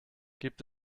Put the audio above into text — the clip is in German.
gibt